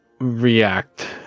react